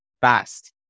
fast